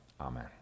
Amen